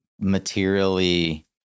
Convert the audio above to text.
materially